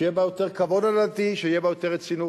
שיהיה בה יותר כבוד הדדי, שתהיה בה יותר רצינות?